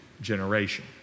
generation